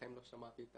בחיים לא שמעתי את